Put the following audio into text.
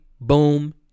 boom